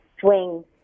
swing